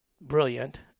brilliant